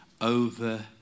over